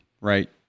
right